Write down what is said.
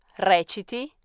reciti